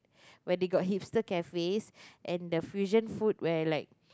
where they got hipster cafes and the fusion food where like